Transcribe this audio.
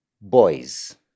boys